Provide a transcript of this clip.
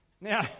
Now